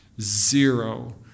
zero